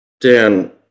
Dan